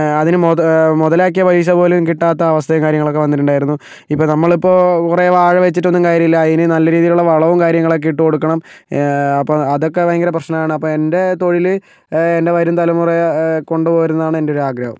അതിനു മൊത മുതലാക്കിയ പൈസപോലും കിട്ടാത്ത അവസ്ഥയും കാര്യങ്ങളൊക്കെ വന്നിട്ടുണ്ടായിരുന്നു ഇപ്പോൾ നമ്മളിപ്പോൾ കുറേ വാഴവെച്ചിട്ടൊന്നും കാര്യമില്ല അതിനു നല്ല രീതിയിലുള്ള വളവും കാര്യങ്ങളൊക്കെ ഇട്ട്കൊടുക്കണം അപ്പോൾ അതൊക്കെ ഭയങ്കര പ്രശ്നമാണ് അപ്പോൾ എൻ്റെ തൊഴിൽ എൻ്റെ വരും തലമുറ കൊണ്ടുപോകരുതെന്നാണ് എൻ്റെ ഒരാഗ്രഹം